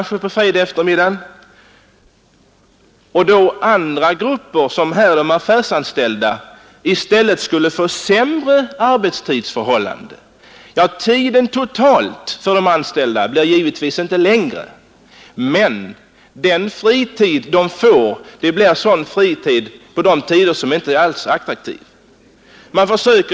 3 på fredag eftermiddag — får andra grupper, som här de affärsanställda, i stället sämre arbetstidförhållanden. Den totala arbetstiden för de affärsanställda blir givetvis inte längre, men den fritid de får förläggs till tider som inte är attraktiva.